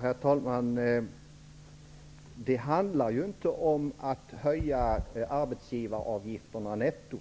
Herr talman! Det handlar inte om att höja arbetsgivaravgifterna netto.